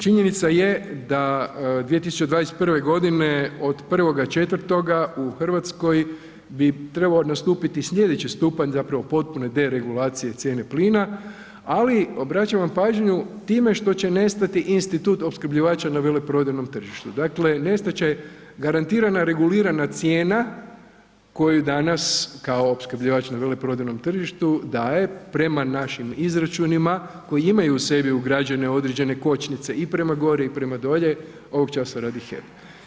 Činjenica je da 2021.g. od 1.4. u RH bi trebao nastupiti slijedeći stupanj zapravo potpune deregulacije cijene plina, ali obraćam vam pažnju time što će nestati institut opskrbljivača na veleprodajnom tržištu, dakle nestat će garantirana regulirana cijena koju danas kao opskrbljivač na veleprodajnom tržištu daje prema našim izračunima koji imaju u sebi ugrađene određene kočnice i prema gore i prema dolje ovog časa radi HEP.